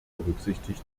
berücksichtigt